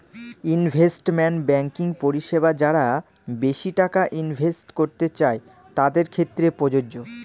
investment banking পরিষেবা যারা বেশি টাকা ইনভেস্ট করতে চাই তাদের ক্ষেত্রে প্রযোজ্য